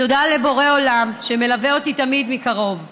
תודה לבורא עולם שמלווה אותי תמיד מקרוב.